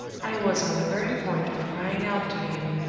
i was on the very point of crying out to him,